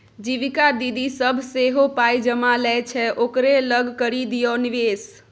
जीविका दीदी सभ सेहो पाय जमा लै छै ओकरे लग करि दियौ निवेश